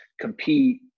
compete